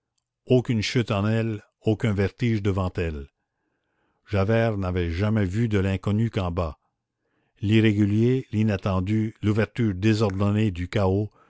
aucune chute en elle aucun vertige devant elle javert n'avait jamais vu de l'inconnu qu'en bas l'irrégulier l'inattendu l'ouverture désordonnée du chaos